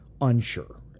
unsure